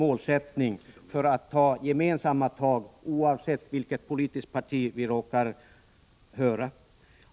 Det gäller ju att ta gemensamma tag, oavsett vilket politiskt parti vi råkar tillhöra.